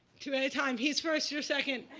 two at a time. he's first. you're second.